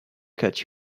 cut